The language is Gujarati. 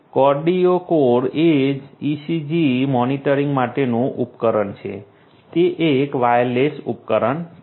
QardioCore એ ECG મોનિટરિંગ માટેનું ઉપકરણ છે તે એક વાયરલેસ ઉપકરણ છે